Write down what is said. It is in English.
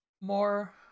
more